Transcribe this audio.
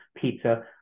pizza